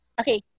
Okay